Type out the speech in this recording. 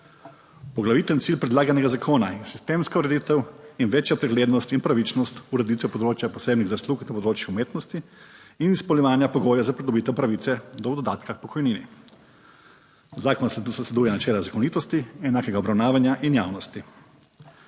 Poglaviten cilj predlaganega zakona je sistemska ureditev in večja preglednost in pravičnost, ureditev področja posebnih zaslug na področju umetnosti in izpolnjevanja pogojev za pridobitev pravice do dodatka k pokojnini. Zakon zasleduje načela zakonitosti, enakega obravnavanja in javnosti.